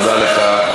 תודה לך.